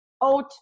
oat